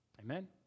Amen